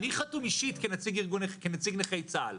אני חתום אישית כנציג נכי צה"ל.